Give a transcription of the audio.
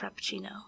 frappuccino